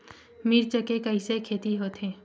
मिर्च के कइसे खेती होथे?